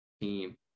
team